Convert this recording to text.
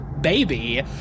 baby